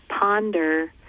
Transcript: ponder